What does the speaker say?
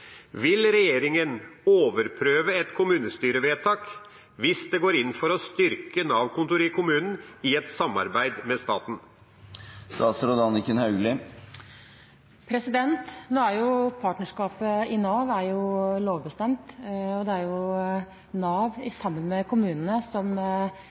Vil regjeringa overprøve et kommunestyrevedtak hvis det går inn for å styrke Nav-kontoret i kommunen i et samarbeid med staten? Partnerskapet i Nav er lovbestemt, og det er Nav, sammen med kommunene, som beslutter hvordan og